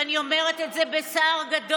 ואני אומרת את זה בצער גדול,